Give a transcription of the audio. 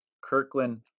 Kirkland